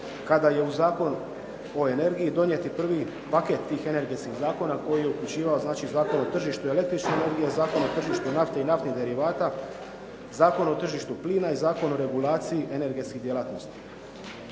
kada je uz Zakon o energiji donijet i prvi paket tih energetskih zakona koji je uključivao Zakon o tržištu električne energije, Zakon o tržištu nafte i naftnih derivata, Zakon o tržištu plina i Zakon o regulaciji energetskih djelatnosti.